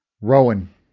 Rowan